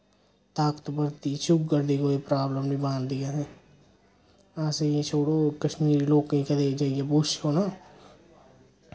ताकत बद्ध दी शुगर दी कोई प्राब्लम नि बनदी असें असें छोड़ो कश्मीरी लोकें ई कदे जाइयै पुच्छो ना